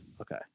Okay